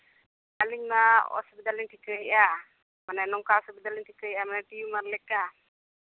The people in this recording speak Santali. ᱟᱹᱞᱤᱧ ᱢᱟ ᱚᱥᱩᱵᱤᱫᱷᱟ ᱞᱤᱧ ᱴᱷᱤᱠᱟᱹᱭᱮᱫᱼᱟ ᱢᱟᱱᱮ ᱱᱚᱝᱠᱟ ᱚᱥᱩᱵᱤᱫᱷᱟ ᱞᱤᱧ ᱴᱷᱤᱠᱟᱹᱭᱮᱫᱼᱟ ᱢᱟᱱᱮ ᱴᱤᱭᱩᱢᱟᱨ ᱞᱮᱠᱟ